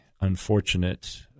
unfortunate